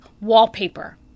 wallpaper